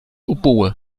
oboe